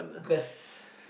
cause